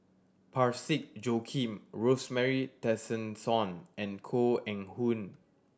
Parsick Joaquim Rosemary Tessensohn and Koh Eng Hoon